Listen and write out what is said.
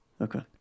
Okay